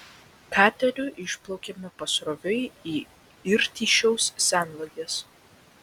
kateriu išplaukėme pasroviui į irtyšiaus senvages